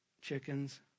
Chickens